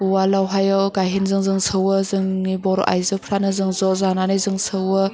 उवालावहायो गायहेनजों जों सौवो जों जोंनि बर' आयजोफ्रानो जों ज जानानै जों सौवो